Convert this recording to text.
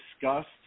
discussed